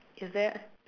is there